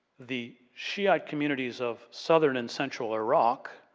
the shiite communities of southern and central iraq,